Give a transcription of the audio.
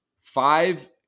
five